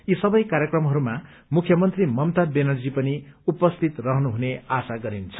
यी सबै कार्यक्रमहरूमा मुख्यमन्त्री ममता ब्यानर्जी पनि उपस्थित रहनू हुने आशा गरिन्छ